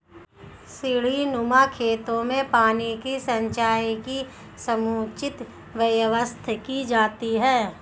सीढ़ीनुमा खेतों में पानी के संचय की समुचित व्यवस्था की जाती है